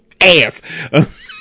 ass